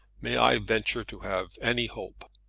may i venture to have any hope?